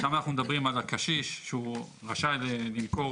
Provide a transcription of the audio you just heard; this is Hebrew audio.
שם אנחנו מדברים על הקשיש שהוא רשאי למכור